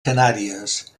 canàries